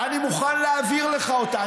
אני מוכן להעביר לך אותה,